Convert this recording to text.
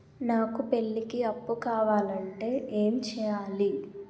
నాకు పెళ్లికి అప్పు కావాలంటే ఏం చేయాలి?